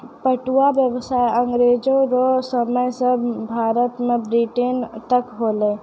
पटुआ व्यसाय अँग्रेजो रो समय से भारत से ब्रिटेन तक होलै